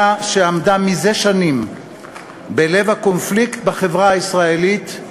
שעמדה זה שנים בלב הקונפליקט בחברה הישראלית,